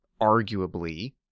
arguably